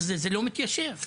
זה לא מתיישב.